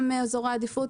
גם מאזורי עדיפות,